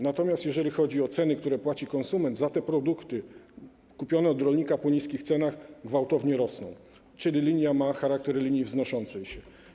Natomiast ceny, które płaci konsument za produkty kupione od rolnika po niskich cenach, gwałtownie rosną, czyli linia ma charakter linii wznoszącej się.